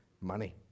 money